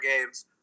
games